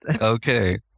Okay